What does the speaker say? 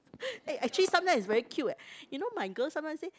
eh actually sometime is very cute leh you know my girl sometime say